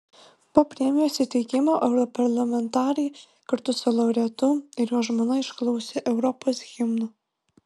po premijos įteikimo europarlamentarai kartu su laureatu ir jo žmona išklausė europos himno